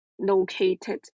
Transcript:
located